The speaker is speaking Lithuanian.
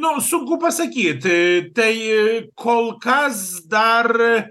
nu sunku pasakyt tai kol kas dar